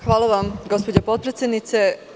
Hvala vam, gospođo potpredsednice.